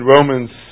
Romans